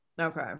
Okay